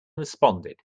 responded